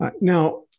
Now